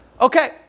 okay